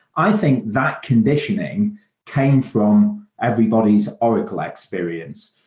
i think that conditioning came from everybody's oracle experience,